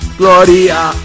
gloria